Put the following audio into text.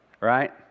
Right